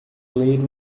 ler